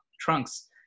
trunks